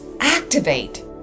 activate